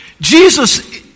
Jesus